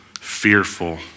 Fearful